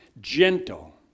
gentle